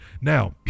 Now